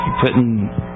putting